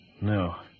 No